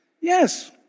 Yes